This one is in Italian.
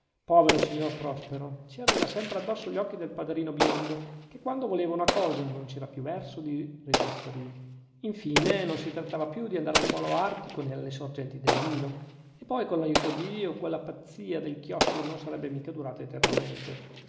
povero signor prospero ci aveva sempre addosso gli occhi del padrino biondo che quando voleva una cosa non c'era più verso di resistergli infine non si trattava più di andare al polo artico nè alle sorgenti del nilo e poi con l'aiuto di dio quella pazzia del chiostro non sarebbe mica durata eternamente